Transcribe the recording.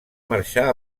marxar